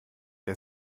der